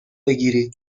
بگیرید